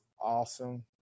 awesome